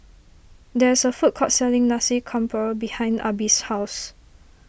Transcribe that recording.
there is a food court selling Nasi Campur behind Arbie's house